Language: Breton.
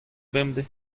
bemdez